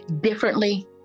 differently